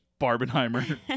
Barbenheimer